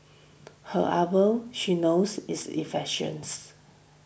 her ardour she knows is infectious